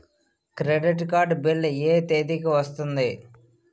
Credit card bill ఎ తేదీ కి వస్తుంది?